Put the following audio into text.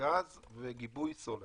גז וגיבוי סולר.